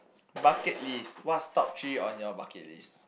bucket list what is top three on your bucket list